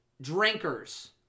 drinkers